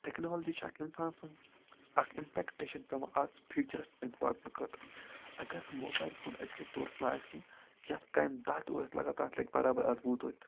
technology چھِ اَکھ اِنسان سٕنٛز اَکھ اِمپیکٹیشَن پیٚوان اَز فیوٗچَرَس تانۍ واتنہٕ خٲطرٕ اگر نہٕ موبایل فوٗن أزکِس دورَیس مَنٛز آسہِ کیٚنٛہہ یَتھ کامہِ دَہ دۄہ ٲسۍ لَگان تَتھ لَگہِ بَرابَر آز وُہ دۄہ تہِ